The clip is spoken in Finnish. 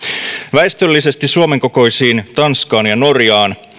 väestöllisesti suomen kokoisiin tanskaan ja norjaan